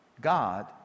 God